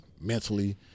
mentally